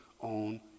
on